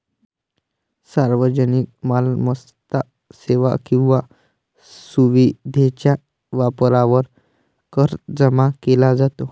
सार्वजनिक मालमत्ता, सेवा किंवा सुविधेच्या वापरावर कर जमा केला जातो